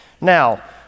Now